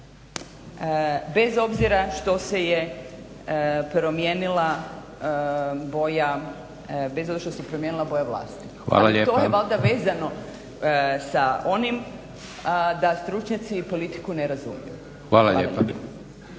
bez obzira što se je promijenila boja vlasti. ali to je valjda vezano sa onim da stručnjaci politiku ne razumiju.